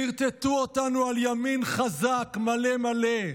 חרטטו אותנו על ימין חזק מלא מלא,